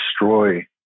destroy